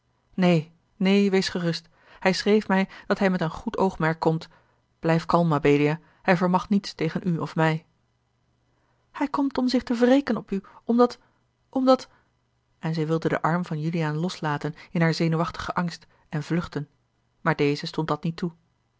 neen neen wees gerust hij schreef mij dat hij met een a l g bosboom-toussaint de delftsche wonderdokter eel komt blijf kalm mabelia hij vermag niets tegen u of mij hij komt om zich te wreken op u omdat omdat en zij wilde den arm van juliaan loslaten in haar zenuwachtigen angst en vluchten maar deze stond dat niet toe